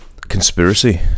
Conspiracy